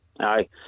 Aye